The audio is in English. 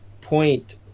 point